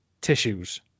tissues